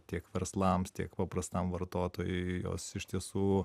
tiek verslams tiek paprastam vartotojui jos iš tiesų